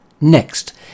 Next